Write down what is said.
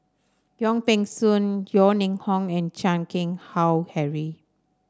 Yong Peng Soon Yeo Ning Hong and Chan Keng Howe Harry